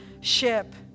ship